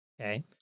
Okay